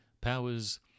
powers